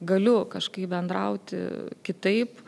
galiu kažkaip bendrauti kitaip